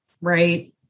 right